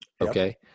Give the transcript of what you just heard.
Okay